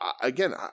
Again